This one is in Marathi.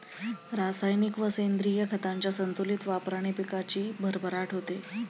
रासायनिक व सेंद्रिय खतांच्या संतुलित वापराने पिकाची भरभराट होते